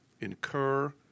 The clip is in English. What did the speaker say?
incur